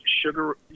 sugar